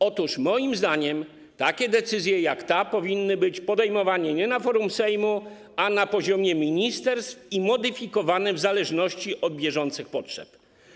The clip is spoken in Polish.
Otóż moim zdaniem takie decyzje jak ta powinny być podejmowane nie na forum Sejmu, ale na poziomie ministerstw i winny być modyfikowane w zależności od bieżących potrzeb.